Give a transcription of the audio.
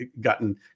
gotten